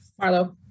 Marlo